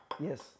Yes